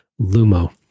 Lumo